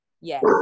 Yes